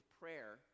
prayer